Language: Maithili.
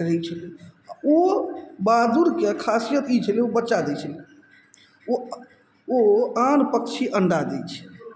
रहय छलय ओ बादुरके खासियत ई छलय ओ बच्चा दै छलय ओ ओ आन पक्षी अण्डा दै छै